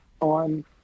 on